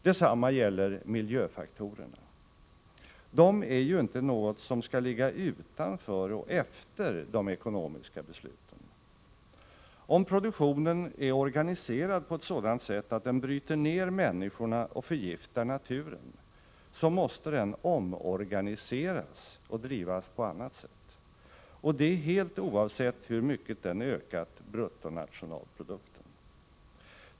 Detsamma gäller miljöfaktorerna. De är ju inte något som skall ligga utanför och efter de ekonomiska besluten. Om produktionen är organiserad på ett sådant sätt att den bryter ner människorna och förgiftar naturen, så måste den omorganiseras och drivas på annat sätt —- och det helt oavsett hur mycket den ökat bruttonationalprodukten.